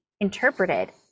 interpreted